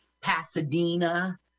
Pasadena